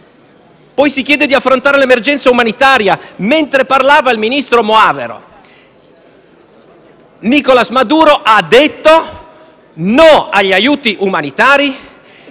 Poi si chiede di affrontare l'emergenza umanitaria. Mentre parlava il ministro Moavero Milanesi, Nicolás Maduro ha detto di no agli aiuti umanitari,